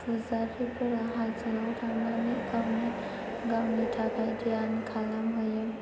फुजारिफोरा हाजोआव थांनानै गावनि थाखाय धियान खालामहैयो